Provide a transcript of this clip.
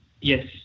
Yes